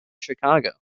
chicago